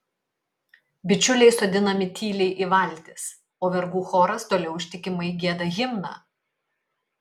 bičiuliai sodinami tyliai į valtis o vergų choras toliau ištikimai gieda himną